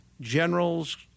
generals